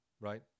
right